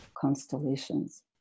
constellations